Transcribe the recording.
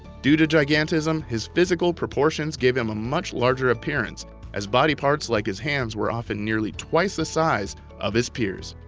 due to gigantism, his physical proportions gave him a much larger appearance as body parts like his hands were often nearly twice the size of his peers.